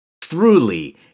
truly